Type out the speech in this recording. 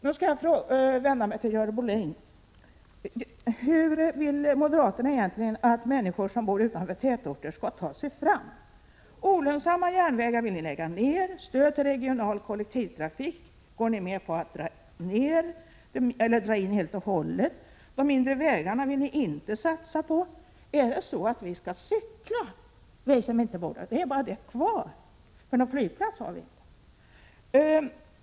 Så skall jag vända mig till Görel Bohlin. Hur vill moderaterna egentligen att människor som bor utanför tätorterna skall ta sig fram? Olönsamma järnvägar vill ni lägga ned. Stöd till regional kollektivtrafik går ni med på att dra in helt och hållet. De mindre vägarna vill ni inte satsa på. Skall vi kanske cykla? Det är bara den möjligheten kvar. Flygplats har vi inte.